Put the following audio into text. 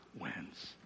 wins